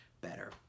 better